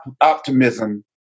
optimism